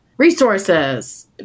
Resources